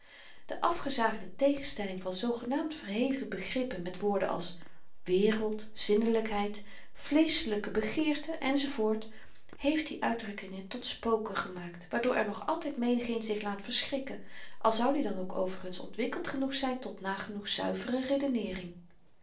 de afgezaagde tegenstelling van zoogenaamd verheven begrippen met woorden als wereld zinnelykheid vleeschelyke begeerten enz heeft die uitdrukkingen tot spoken gemaakt waardoor nog altyd menigeen zich laat verschrikken al zoud i dan ook overigens ontwikkeld genoeg zyn tot nagenoeg zuivere redeneering